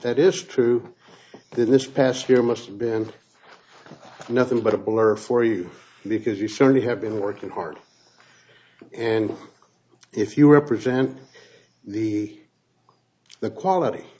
that is true then this past year must have been nothing but a blur for you because you certainly have been working hard and if you represent the the quality